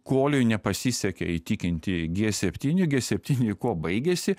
koliui nepasisekė įtikinti g septynių g septyni kuo baigėsi